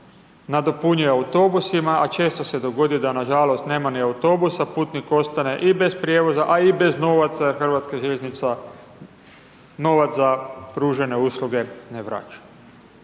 nadopunjuje autobusima, a često se dogodi da, nažalost, nema ni autobusa, putnik ostane i bez prijevoz, a i bez novaca jer HŽ novac za pružene usluge ne vraća.